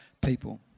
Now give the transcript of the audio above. people